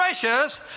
precious